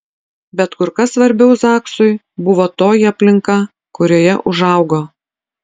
bet kur kas svarbiau zaksui buvo toji aplinka kurioje užaugo